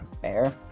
Fair